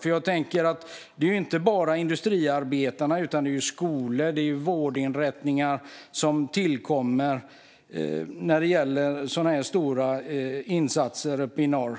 Det handlar inte bara om bostäder till industriarbetare utan om exempelvis skolor och vårdinrättningar.